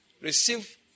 Receive